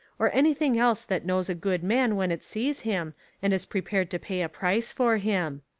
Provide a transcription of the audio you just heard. or anything else that knows a good man when it sees him and is prepared to pay a price for him.